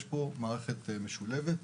יש מערכת משולבת.